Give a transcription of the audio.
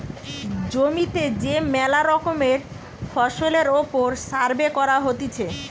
জমিতে যে মেলা রকমের ফসলের ওপর সার্ভে করা হতিছে